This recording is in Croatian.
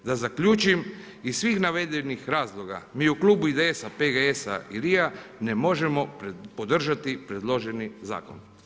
Da zaključim, iz svih navedenih razloga, mi u Klubu IDS-a, PGS-a i LRI-a ne možemo podržati predloženi zakon.